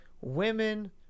women